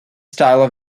style